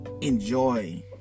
enjoy